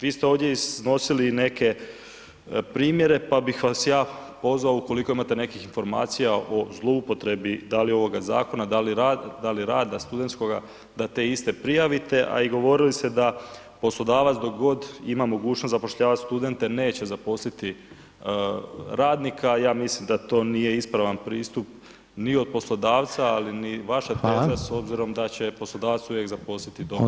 Vi ste ovdje iznosili i neke primjere, pa bih vas ja pozvao ukoliko imate nekih informacija o zloupotrebi da li ovoga zakona da li rada studentskoga da te iste prijavite, a i govorili ste da poslodavac dok god ima mogućnost zapošljavat studente neće zaposliti radnika, ja mislim da to nije ispravan pristup ni od poslodavca, ali ni vaša teza [[Upadica: Hvala]] s obzirom da će poslodavac uvijek zaposliti … [[Govornik se ne razumije]] bio student ili ne.